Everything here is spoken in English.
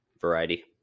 variety